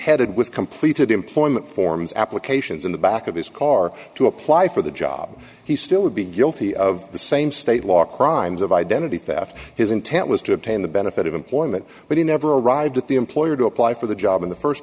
headed with completed employment forms applications in the back of his car to apply for the job he still would be guilty of the same state law crimes of identity theft his intent was to obtain the benefit of employment when he never arrived at the employer to apply for the job in the